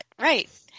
right